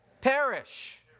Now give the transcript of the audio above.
Perish